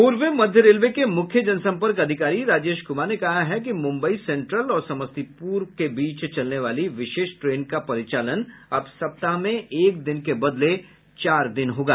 पूर्व मध्य रेलवे के मुख्य जनसंपर्क अधिकारी राजेश कुमार ने कहा है कि मुम्बई सेंट्रल और समस्तीपुर के बीच चलने वाली विशेष ट्रेन का परिचालन अब सप्ताह में एक दिन के बदले चार दिन होगा